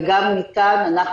וגם אנחנו,